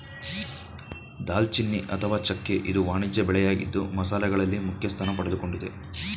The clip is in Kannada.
ದಾಲ್ಚಿನ್ನಿ ಅಥವಾ ಚೆಕ್ಕೆ ಇದು ವಾಣಿಜ್ಯ ಬೆಳೆಯಾಗಿದ್ದು ಮಸಾಲೆಗಳಲ್ಲಿ ಮುಖ್ಯಸ್ಥಾನ ಪಡೆದುಕೊಂಡಿದೆ